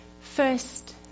First